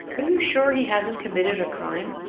are you sure he hasn't committed a crime?